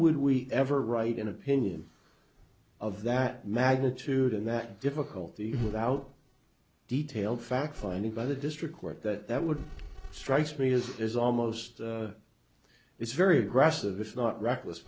would we ever write an opinion of that magnitude and that difficulty without detailed fact finding by the district court that would strikes me as is almost it's very aggressive if not reckless